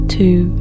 two